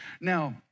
Now